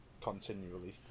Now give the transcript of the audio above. continually